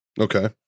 Okay